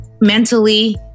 Mentally